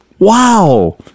wow